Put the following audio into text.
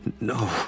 No